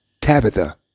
Tabitha